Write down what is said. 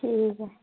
ठीक ऐ